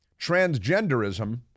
transgenderism